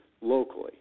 locally